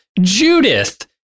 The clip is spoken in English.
judith